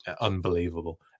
Unbelievable